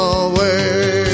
away